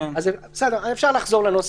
בסדר, אפשר לחזור לנוסח.